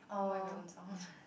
come up with your own songs